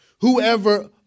whoever